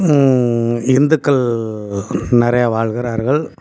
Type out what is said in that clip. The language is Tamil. இந்துக்கள் நிறையா வாழ்கிறார்கள்